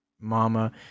mama